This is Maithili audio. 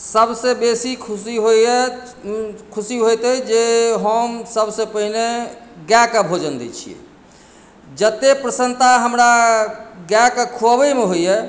सभसँ बेसी खुशी होइए खुशी होइत अछि जे हम सभसँ पहिने गायकेँ भोजन दैत छियै जेतेक प्रसन्नता हमरा गायके खुअबैमे होइए